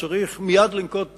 צריך מייד לנקוט פעילות.